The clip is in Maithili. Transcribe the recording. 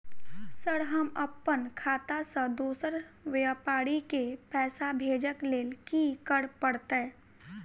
सर हम अप्पन खाता सऽ दोसर व्यापारी केँ पैसा भेजक लेल की करऽ पड़तै?